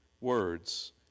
words